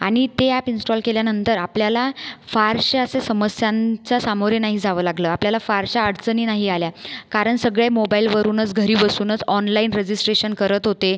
आणि ते app install केल्यानंतर आपल्याला फारश्या असे समस्यांच्या सामोरे नाही जावं लागलं आपल्याला फारश्या अडचणी नाही आल्या कारण सगळे मोबाईलवरूनच घरी बसूनच ऑनलाईन रजिस्ट्रेशन करत होते